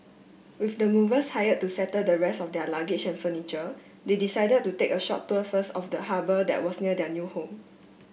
with the movers hired to settle the rest of their luggage and furniture they decided to take a short tour first of the harbour that was near their new home